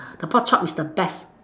the pork chop is the best